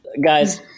Guys